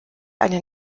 eine